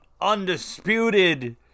undisputed